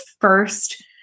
first